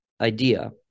idea